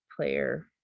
player